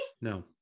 No